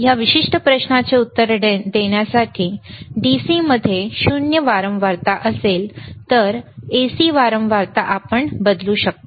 या विशिष्ट प्रश्नाचे उत्तर देण्यासाठी DC मध्ये 0 वारंवारता असेल तर AC वारंवारता आपण बदलू शकता